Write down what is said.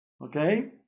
Okay